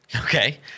Okay